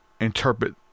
interpret